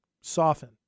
soften